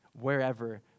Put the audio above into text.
wherever